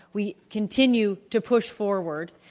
we continue to push forward,